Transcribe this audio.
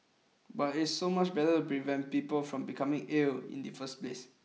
but it's so much better prevent people from becoming ill in the first place